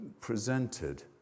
presented